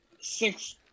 six